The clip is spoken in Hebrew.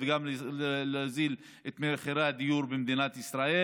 וגם להוריד את מחירי הדיור במדינת ישראל.